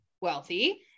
wealthy